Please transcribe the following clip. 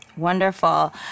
Wonderful